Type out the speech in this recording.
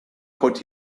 could